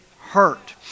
Hurt